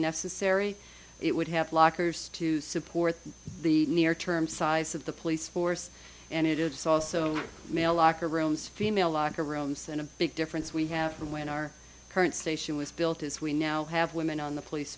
necessary it would have lockers to support the near term size of the police force and it is also male locker rooms female locker rooms and a big difference we have from when our current station was built as we now have women on the police